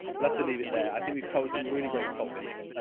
we'll have to leave it there. i think we've covered some really great topics,